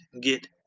get